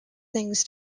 things